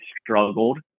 struggled